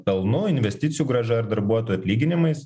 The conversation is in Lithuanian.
pelnu investicijų grąža ar darbuotojų atlyginimais